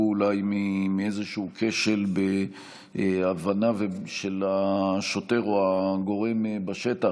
אולי מאיזשהו כשל בהבנה של השוטר או של הגורם בשטח,